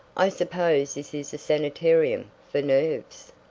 i suppose this is a sanitarium for nerves.